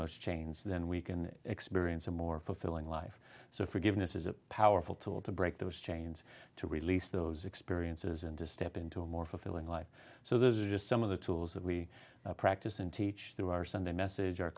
those chains then we can experience a more fulfilling life so forgiveness is a powerful tool to break those chains to release those experiences and to step into a more fulfilling life so those are just some of the tools that we practice and teach through our sunday message our